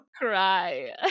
cry